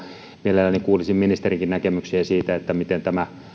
mielelläni kuulisin ministerinkin näkemyksiä siitä miten tämä